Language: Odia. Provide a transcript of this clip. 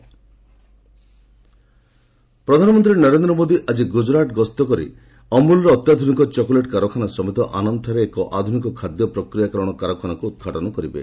ପିଏମ ଗ୍ୱଜରାତ୍ ଭିଜିଟ୍ ପ୍ରଧାନମନ୍ତ୍ରୀ ନରେନ୍ଦ୍ର ମୋଦି ଆଜି ଗୁଜରାତ ଗସ୍ତ କରି ଅମୁଲର ଅତ୍ୟାଧୁନିକ ଚକୋଲେଟ କାରଖାନା ସମେତ ଆନନ୍ଦଠାରେ ଏକ ଆଧୁନିକ ଖାଦ୍ୟ ପ୍ରକ୍ରିୟାକରଣ କାରଖାନାକୁ ଉଦ୍ଘାଟନ କରିବେ